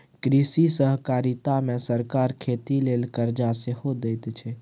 कृषि सहकारिता मे सरकार खेती लेल करजा सेहो दैत छै